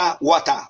water